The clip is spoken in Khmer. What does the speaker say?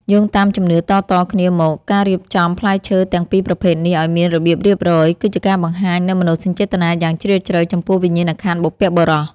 យោងតាមជំនឿតៗគ្នាមកការរៀបចំផ្លែឈើទាំងពីរប្រភេទនេះឱ្យមានរបៀបរៀបរយ គឺជាការបង្ហាញនូវមនោសញ្ចេតនាយ៉ាងជ្រាលជ្រៅចំពោះវិញ្ញាណក្ខន្ធបុព្វបុរស។